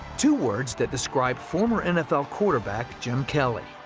two words that describe former nfl quarterback jim kelly.